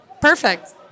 Perfect